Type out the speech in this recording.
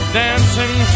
dancing